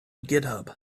github